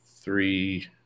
three